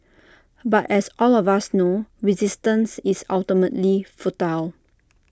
but as all of us know resistance is ultimately futile